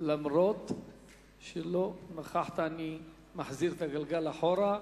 אף שלא נכחת, אני מחזיר את הגלגל אחורה,